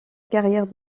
carrière